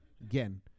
Again